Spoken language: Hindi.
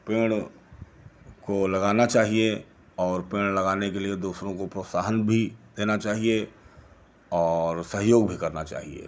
पेड़ को लगाना चाहिए और पेड़ लगाने के लिए दूसरों को प्रोत्साहन भी देना चाहिए और सहयोग भी करना चाहिए